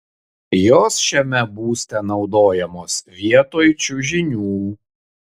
jos šiame būste naudojamos vietoj čiužinių